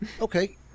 Okay